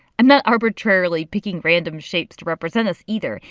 i'm not arbitrarily picking random shapes to represent us either.